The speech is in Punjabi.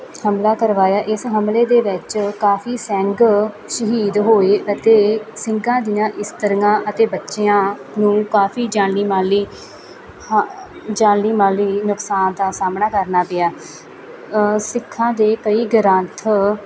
ਹਮਲਾ ਕਰਵਾਇਆ ਇਸ ਹਮਲੇ ਦੇ ਵਿੱਚ ਕਾਫ਼ੀ ਸਿੰਘ ਸ਼ਹੀਦ ਹੋਏ ਅਤੇ ਸਿੰਘਾਂ ਦੀਆਂ ਇਸਤਰੀਆਂ ਅਤੇ ਬੱਚਿਆਂ ਨੂੰ ਕਾਫ਼ੀ ਜਾਨੀ ਮਾਲੀ ਹ ਜਾਨੀ ਮਾਲੀ ਨੁਕਸਾਨ ਦਾ ਸਾਹਮਣਾ ਕਰਨਾ ਪਿਆ ਸਿੱਖਾਂ ਦੇ ਕਈ ਗ੍ਰੰਥ